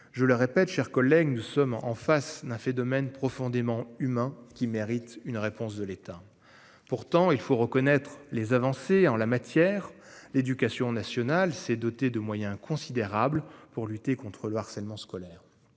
Je le répète, chers collègues, nous sommes en face n'a fait domaine profondément humain qui mérite une réponse de l'État. Pourtant, il faut reconnaître les avancées en la matière, l'éducation nationale s'est dotée de moyens considérables pour lutter contre le harcèlement scolaire.